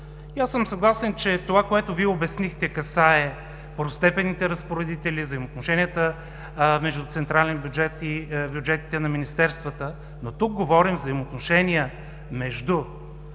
и аз съм съгласен, че това, което Вие обяснихте, касае първостепенните разпоредители, взаимоотношенията между централен бюджет и бюджетите на министерствата, но тук говорим за взаимоотношения между